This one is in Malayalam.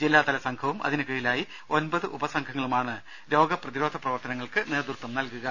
ജില്ലാതല സംഘവും അതിന് കീഴിലായി ഒമ്പത് ഉപസംഘങ്ങളുമാണ് രോഗ പ്രതിരോധ പ്രവർത്തനങ്ങൾക്ക് നേതൃത്വം നൽകുക